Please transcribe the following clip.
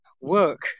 work